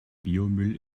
biomüll